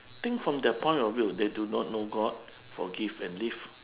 think from their point of view they do not know god forgive and live